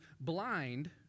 blind